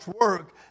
work